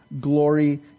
glory